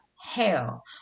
hell